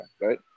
right